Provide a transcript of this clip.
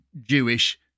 Jewish